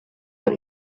are